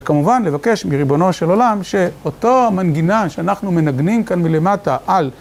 כמובן, לבקש מריבונו של עולם, שאותו המנגינה שאנחנו מנגנים כאן מלמטה על